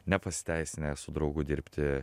nepasiteisinę su draugu dirbti